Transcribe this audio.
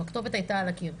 הכתובת הייתה על הקיר.